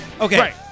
Okay